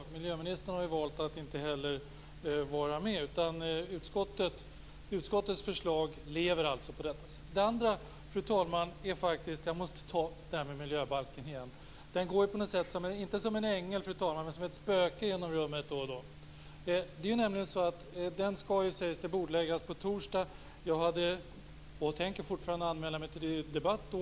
Miljöministern har ju valt att inte vara med. Utskottets förslag lever på detta sätt. Sedan, fru talman, måste jag faktiskt ta upp miljöbalken igen. Den går inte som en ängel men som ett spöke genom rummet då och då. Den skall, sägs det, bordläggas på torsdag. Jag hade tänkt, och tänker fortfarande, anmäla mig till debatten då.